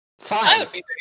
Fine